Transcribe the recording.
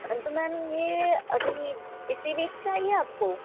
تو میم یہ ابھی اسی ویک چاہیے آپ کو